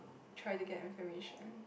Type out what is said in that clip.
try to get information